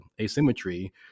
asymmetry